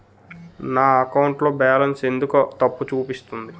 నా అకౌంట్ లో బాలన్స్ ఎందుకు తప్పు చూపిస్తుంది?